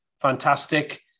fantastic